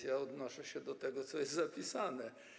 Ja odnoszę się do tego, co jest zapisane.